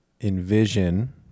envision